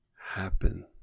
happen